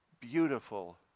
beautiful